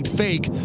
fake